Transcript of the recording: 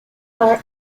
are